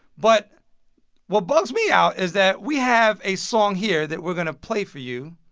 but what bugs me out is that we have a song here that we're going to play for you,